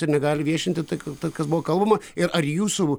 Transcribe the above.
ir negali viešinti tokių to kas buvo kalbama ir ar jūsų